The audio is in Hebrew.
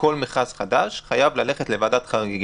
כל מכרז חדש חייב ללכת לוועדת חריגים.